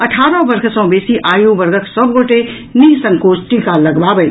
अठारह वर्ष सँ बेसी आयु वर्गक सभ गोटे निःसंकोच टीका लगबावथि